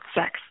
sex